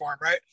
right